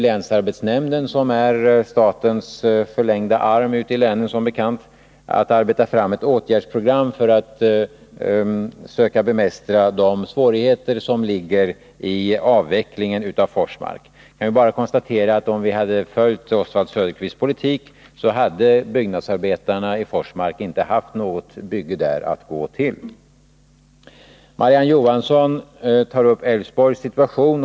Länsarbetsnämnden, som ju är statens förlängda arm ute i länen, håller nu på att arbeta fram ett åtgärdsprogram för att söka bemästra de svårigheter som följer med avvecklingen av Forsmark. Jag vill bara konstatera att om vi hade följt Oswald Söderqvists politik, så hade byggnadsarbetarna i Forsmark inte haft något bygge där att gå till. Marie-Ann Johansson talar om Älvsborgs situation.